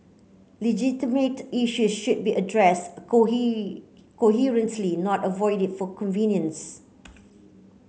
legitimate issue should be addressed coherently not avoided for convenience